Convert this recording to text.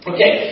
Okay